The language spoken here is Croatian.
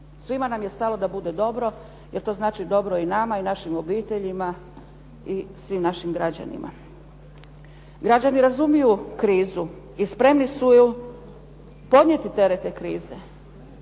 Svima nama je stalo da bude dobro jer to znači dobro i nama i našim obiteljima i svim našim građanima. Građani razumiju krizu i spremni su podnijeti terete krize,